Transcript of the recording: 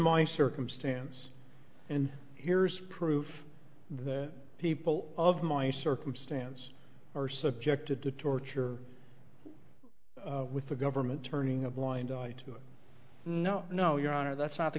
my circumstance and here's proof that people of my circumstance are subjected to torture with the government turning a blind eye to no no your honor that's not the